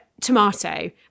tomato